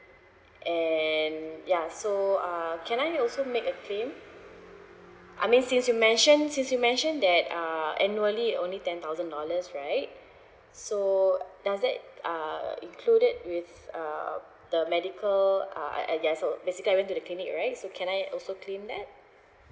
and ya so uh can I also make a claim I mean since you mentioned since you mentioned that err annually only ten thousand dollars right so does that uh included with uh the medical ah I I just so basically I went to the clinic alright so can I also claim that